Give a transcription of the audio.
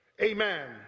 Amen